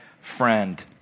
friend